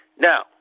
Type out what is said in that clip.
Now